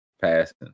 passing